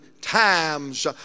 times